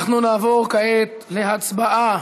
אנחנו נעבור כעת להצבעה